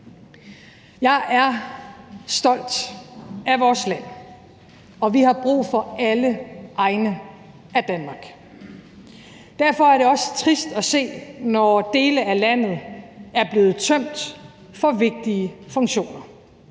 Jeg er stolt af vores land, og vi har brug for alle egne af Danmark. Derfor er det også trist at se, når dele af landet er blevet tømt for vigtige funktioner.